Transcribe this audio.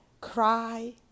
cry